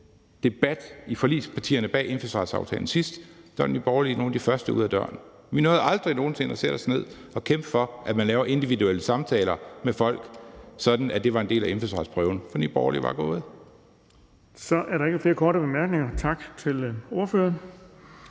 forligspartierne bag aftalen sidst, var Nye Borgerlige nogle af de første ude ad døren. Vi nåede aldrig nogen sinde at sætte os ned og kæmpe for, at man laver individuelle samtaler med folk, sådan at det var en del af indfødsretsprøven, for Nye Borgerlige var gået.